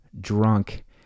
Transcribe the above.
Drunk